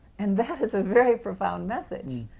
and that is a very profound message,